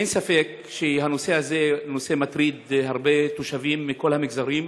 אין ספק שהנושא הזה מטריד הרבה תושבים מכל המגזרים.